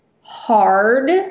hard